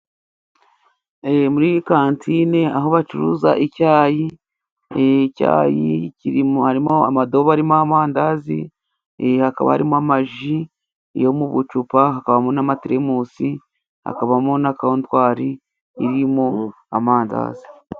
Muri iyi kantine aho bacuruza icyayi, icyayi kirimo, harimo amadobo arimo amandazi, hakaba harimo amaji yo mu bucupa, hakabamo n' amateremusi, hakabamo na kontwari irimo amandazi.